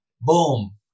boom